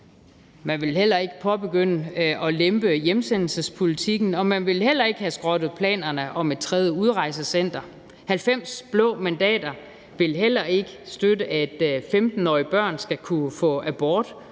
Man ville heller ikke påbegynde at lempe hjemsendelsespolitikken, og man ville heller ikke have skrottet planerne om et tredje udrejsecenter. 90 blå mandater ville heller ikke støtte, at 15-årige børn skal kunne få abort